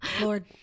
Lord